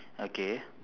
okay